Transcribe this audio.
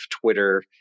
Twitter